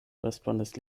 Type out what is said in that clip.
respondis